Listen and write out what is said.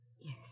Yes